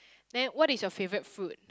then what is your favourite fruit